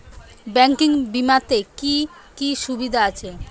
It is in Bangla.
ব্যাঙ্কিং বিমাতে কি কি সুবিধা আছে?